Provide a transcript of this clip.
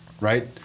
right